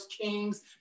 Kings